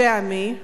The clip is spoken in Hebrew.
משה עמי,